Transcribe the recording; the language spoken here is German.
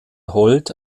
holt